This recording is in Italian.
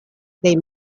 dei